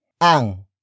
Ang